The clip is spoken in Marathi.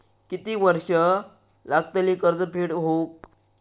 किती वर्षे लागतली कर्ज फेड होऊक?